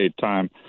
time